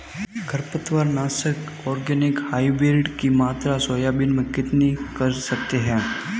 खरपतवार नाशक organic hybrid की मात्रा सोयाबीन में कितनी कर सकते हैं?